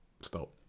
stop